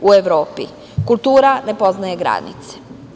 U Evropi kultura ne poznaje granice.